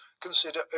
consider